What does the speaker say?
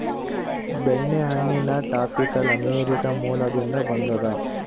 ಬೆಣ್ಣೆಹಣ್ಣಿನ tropical America ಮೂಲದಿಂದ ಬಂದದ